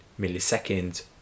milliseconds